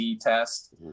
test